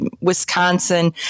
Wisconsin